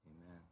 amen